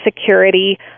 security